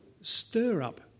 Stir-Up